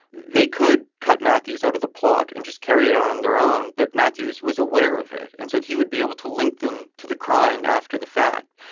they could cut matthews out of the plot and just carry it out on their own. but matthews was aware of it. and so he would be able to link them to the crime after the fact.